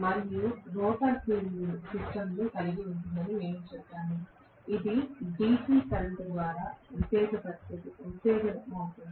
మరియు rotor field system కలిగి ఉంటుందని మేము చెప్పాము ఇది DC కరెంట్ ద్వారా ఉత్తేజితమవుతుంది